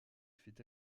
fait